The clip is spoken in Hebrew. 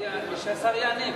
שהשר יענה,